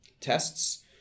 tests